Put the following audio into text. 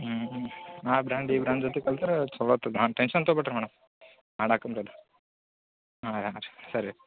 ಹ್ಞೂ ಹ್ಞೂ ಆ ಬ್ರ್ಯಾಂಡ್ ಈ ಬ್ರ್ಯಾಂಡ್ ಜೊತೆ ಕಲ್ತ್ರೆ ಛಲೋ ಇರ್ತತೆ ಹಾಂಗೆ ಟೆನ್ಶನ್ ತಗೋ ಬೇಡ ರಿ ಮೇಡಮ್ ಮಾಡಾಕನು ರೀ ಅದು ಹಾಂ ಹಾಂ ರೀ ಸರಿ ರೀ